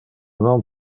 non